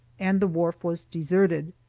and the wharf was deserted.